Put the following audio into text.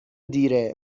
دیره